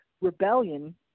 rebellion